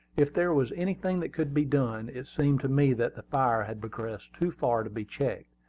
if there was anything that could be done. it seemed to me that the fire had progressed too far to be checked,